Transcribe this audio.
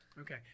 Okay